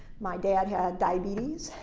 my dad had diabetes.